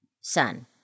sun